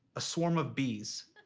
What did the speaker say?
a swarm of bees.